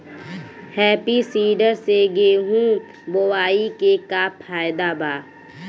Happy seeder से गेहूं बोआई के का फायदा बा?